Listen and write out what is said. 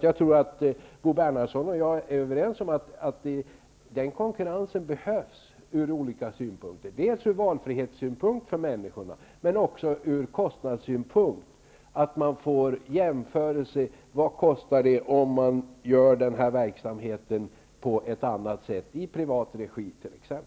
Jag tror att Bo Bernhardsson och jag är överens om att konkurrens behövs ur olika synpunkter, dels ur valfrihetssynpunkt, dels ur kostnadssynpunkt så att man kan jämföra vad det skulle kosta att driva verksamheter på annat sätt, t.ex. i privat regi.